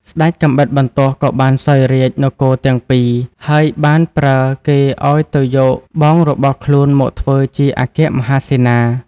ស្ដេចកាំបិតបន្ទោះក៏បានសោយរាជ្យនគរទាំងពីរ ហើយបានប្រើគេឱ្យទៅយកបងរបស់ខ្លួនមកធ្វើជាអគ្គមហាសេនា។